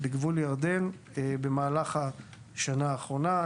בגבול ירדן במהלך השנה האחרונה.